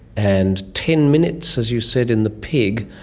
and ten minutes, as you said, in the pig.